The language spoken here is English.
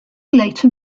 later